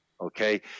Okay